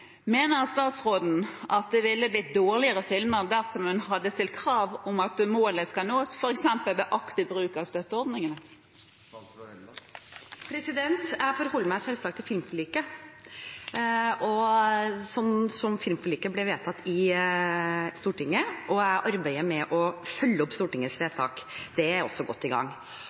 Mener statsråden at det ville blitt dårligere filmer dersom hun hadde stilt krav om at målet skal nås, for eksempel ved aktiv bruk av støtteordningene?» Jeg forholder meg selvsagt til filmforliket slik det ble vedtatt i Stortinget, og jeg arbeider med å følge opp Stortingets vedtak – det er også godt i gang.